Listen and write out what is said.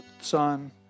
Son